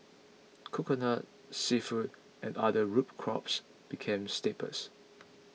Coconut Seafood and other root crops became staples